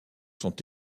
sont